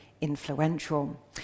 influential